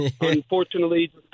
unfortunately